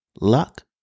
luck